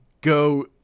go